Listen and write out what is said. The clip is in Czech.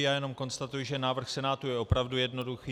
Já jenom konstatuji, že návrh Senátu je opravdu jednoduchý.